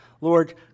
Lord